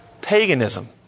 Paganism